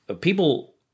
people